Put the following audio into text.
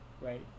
right